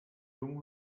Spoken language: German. jung